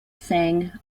sang